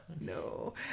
No